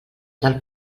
del